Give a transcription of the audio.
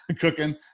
cooking